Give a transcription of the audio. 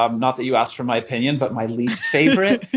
um not that you asked for my opinion, but my least favorite.